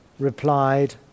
replied